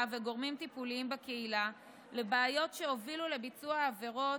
וגורמים טיפוליים בקהילה לבעיות שהובילו לביצוע העבירות,